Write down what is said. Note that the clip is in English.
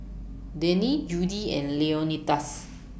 Denny Judi and Leonidas